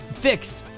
fixed